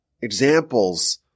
examples